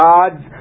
God's